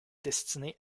destinés